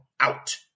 out